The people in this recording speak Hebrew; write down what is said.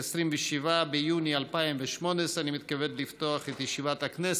27 ביוני 2018. אני מתכבד לפתוח את ישיבת הכנסת.